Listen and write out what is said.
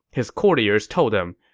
his courtiers told him,